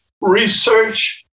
research